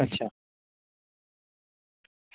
અચ્છા